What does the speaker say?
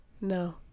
No